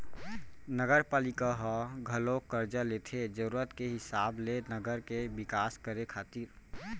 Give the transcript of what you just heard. नगरपालिका ह घलोक करजा लेथे जरुरत के हिसाब ले नगर के बिकास करे खातिर